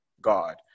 God